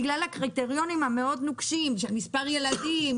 בגלל הקריטריונים הנוקשים מאוד של מספר ילדים,